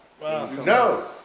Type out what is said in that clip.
No